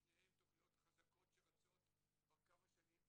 שתי תכניות חזקות שרצות כבר כמה שנים,